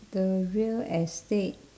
the real estate